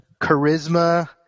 charisma